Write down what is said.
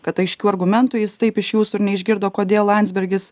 kad aiškių argumentų jis taip iš jūsų ir neišgirdo kodėl landsbergis